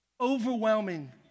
overwhelming